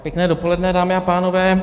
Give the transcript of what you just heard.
Pěkné dopoledne, dámy a pánové.